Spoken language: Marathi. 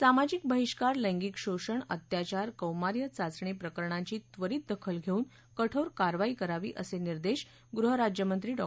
सामाजिक बहिष्कार लैंगिक शोषण अत्याचार कौमार्य चाचणी प्रकरणांची त्वरीत दखल घेऊन कठोर कारवाई करावी असे निर्देश गृहराज्यमंत्री डॉ